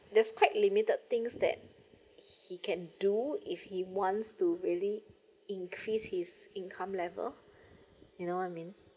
there's quite limited things that he can do if he wants to really increase his income level you know what I mean